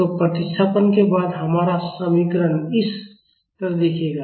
तो प्रतिस्थापन के बाद हमारा समीकरण इस तरह दिखेगा